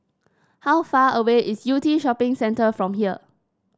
how far away is Yew Tee Shopping Centre from here